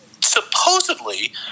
Supposedly